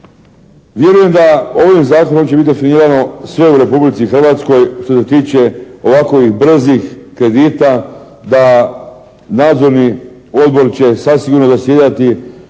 Vjerujem da ovim zakonom će biti definirano sve u Republici Hrvatskoj što se tiče ovakovih brzih kredita da nadzorni odbor će zasigurno zasjedati